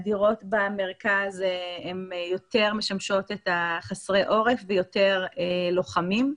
הדירות במרכז הן יותר משמשות את חסרי העורף ויותר לוחמים,